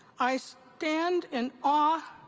i stand in awe